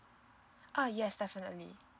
uh yes definitely